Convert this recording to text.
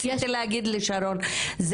להגיד לשרון,